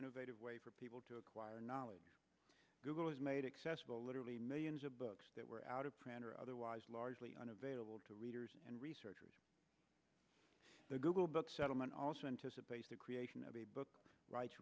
innovative way for people to acquire knowledge google has made accessible literally millions of books that were out of print or otherwise largely unavailable to readers and researchers the google books settlement also anticipates the creation of a book right